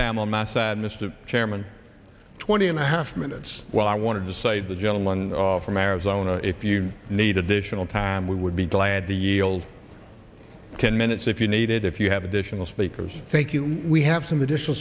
damage said mr chairman twenty and a half minutes well i want to say the gentleman's from arizona if you need additional time we would be glad to yield ten minutes if you needed if you have additional speakers thank you we have some additional